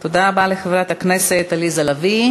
תודה רבה לחברת הכנסת עליזה לביא.